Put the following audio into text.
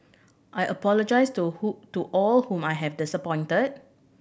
I apologise to who to all whom I have disappointed